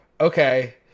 okay